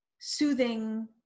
soothing